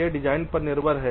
यह डिजाइन पर निर्भर है